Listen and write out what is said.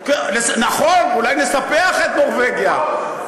נכון, אולי נספח את נורבגיה.